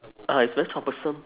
ah it's very troublesome